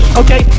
okay